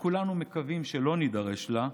שכולנו מקווים שלא נידרש לה,